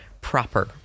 proper